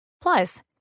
Plus